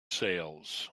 sails